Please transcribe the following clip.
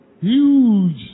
huge